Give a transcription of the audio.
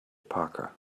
parker